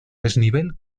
desnivel